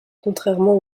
contrairement